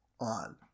on